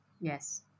Yes